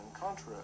contra